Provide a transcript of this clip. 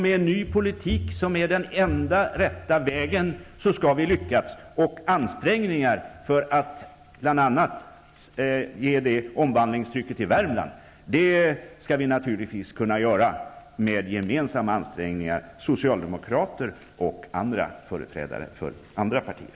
Med en ny politik, som är den enda rätta vägen, skall vi lyckas. Ansträngningar för att bl.a. ge ett omvandlingstryck i Värmland skall vi, socialdemokrater och företrädare för andra partier, naturligtvis kunna göra med gemensamma ansträngningar.